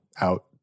out